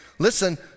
Listen